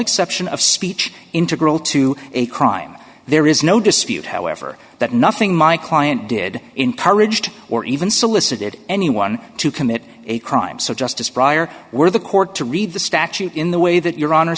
exception of speech integral to a crime there is no dispute however that nothing my client did encouraged or even solicited anyone to commit a crime so justice prior were the court to read the statute in the way that your honor